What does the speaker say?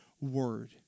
word